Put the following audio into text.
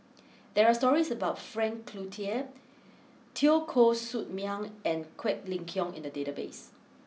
there are stories about Frank Cloutier Teo Koh Sock Miang and Quek Ling Kiong in the database